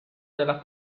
della